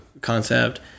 concept